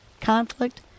conflict